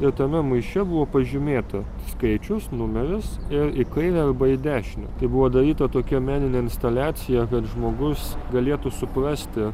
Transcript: ir tame maiše buvo pažymėta skaičius numeris ir į kairę arba į dešinę tai buvo daryta tokia meninė instaliacija kad žmogus galėtų suprasti